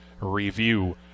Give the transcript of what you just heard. review